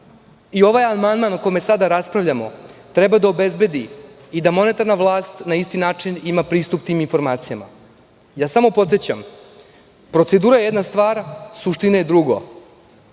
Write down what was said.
i ovaj amandman o kome sada raspravljamo treba da obezbedi i da monetarna vlast na isti način ima pristup tim informacijama. Ja samo podsećam, procedura je jedna stvar, suština je drugo.